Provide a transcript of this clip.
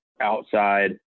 outside